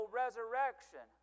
resurrection